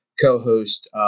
co-host